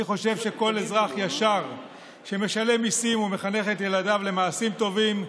אני חושב שכל אזרח ישר שמשלם מיסים ומחנך את ילדיו למעשים טובים,